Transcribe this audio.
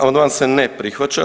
Amandman se ne prihvaća.